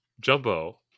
Jumbo